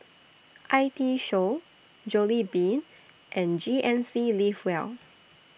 I T Show Jollibean and G N C Live Well